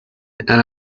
and